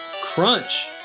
Crunch